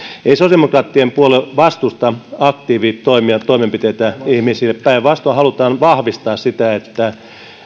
ei sosiaalidemokraattinen puolue vastusta aktiivitoimia ja toimenpiteitä ihmisille päinvastoin haluamme vahvistaa sitä että